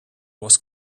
was